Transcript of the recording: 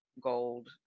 gold